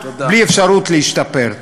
בלי אפשרות להשתפר.